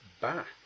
back